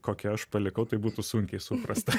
kokį aš palikau tai būtų sunkiai suprasta